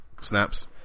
snaps